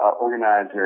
organizers